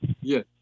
Yes